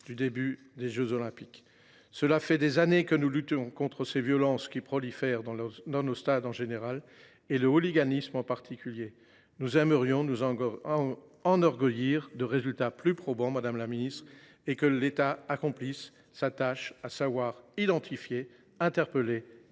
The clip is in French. du début des jeux Olympiques. Cela fait des années que nous luttons contre les violences qui prolifèrent dans nos stades en général et contre le hooliganisme en particulier. Madame la ministre, nous aimerions nous enorgueillir de résultats plus probants et constater que l’État accomplit sa tâche, celle d’identifier, interpeller et